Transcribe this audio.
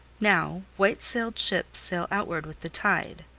now, white-sailed ships sail outward with the tide,